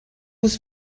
was